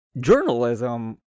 journalism